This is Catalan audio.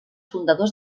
fundadors